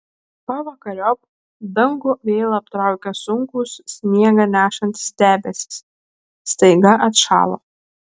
pavakariop dangų vėl aptraukė sunkūs sniegą nešantys debesys staiga atšalo